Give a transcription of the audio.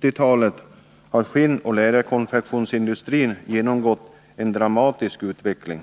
1970-talet genomgick skinnoch läderkonfektionsindustrin en dramatisk utveckling.